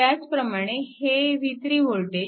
त्याचप्रमाणे हे v3 voltage